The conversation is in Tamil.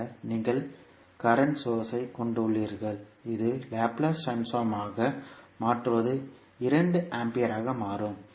பின்னர் நீங்கள் மின்சார சோர்ஸ்யை கொண்டுள்ளீர்கள் இது லாப்லேஸ் ட்ரான்ஸ்போர்ம்மாக மாற்றுவது 2 ஆம்பியராக மாறும்